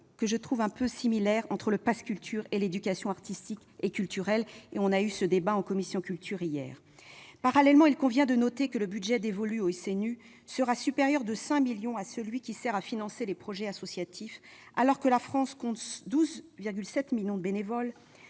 qui prévaut entre le pass culture et l'éducation artistique et culturelle. Nous avons eu ce débat en commission de la culture hier. Parallèlement, il convient de noter que le budget dévolu au SNU sera supérieur de 5 millions d'euros à celui qui sert à financer les projets associatifs, alors que la France compte 12,7 millions de bénévoles,